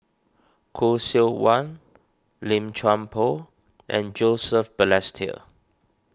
Khoo Seok Wan Lim Chuan Poh and Joseph Balestier